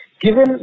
given